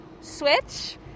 switch